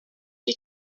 die